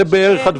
כן.